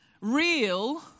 real